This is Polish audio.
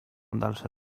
dalsze